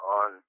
on